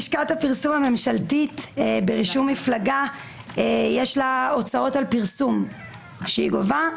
ללשכת הפרסום הממשלתית ברישום מפלגה יש הוצאות על פרסום שהיא גובה.